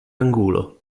angulo